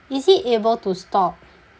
is he able to stop